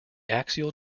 axial